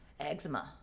eczema